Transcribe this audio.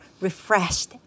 refreshed